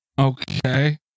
okay